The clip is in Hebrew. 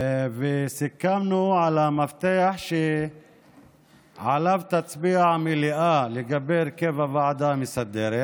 וסיכמנו על המפתח שעליו תצביע המליאה לגבי הרכב הוועדה המסדרת.